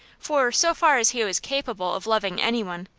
for, so far as he was capable of loving any one,